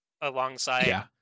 Alongside